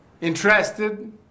Interested